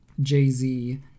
Jay-Z